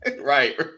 Right